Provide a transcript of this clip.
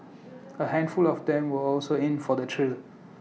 A handful of them were also in for the thrill